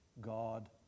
God